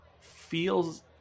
feels